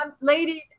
Ladies